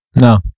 no